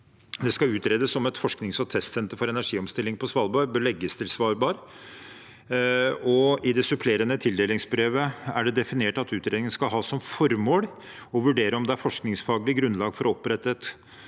det skal utredes som et forsknings- og testsenter for energiomstilling på Svalbard og bør legges til Svalbard. I det supplerende tildelingsbrevet er det definert at utredningen skal ha som formål å vurdere om det er forskningsfaglig grunnlag for å opprette et